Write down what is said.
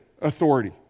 authority